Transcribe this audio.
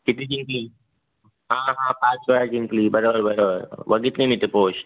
किती जिंकली हां हां पाचवेळा जिंकली बरोबर बरोबर बघितली मी ती पोश्ट